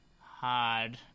hard